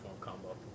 combo